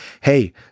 Hey